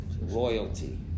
royalty